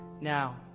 Now